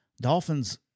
Dolphins